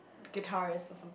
guitarist or some